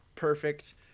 Perfect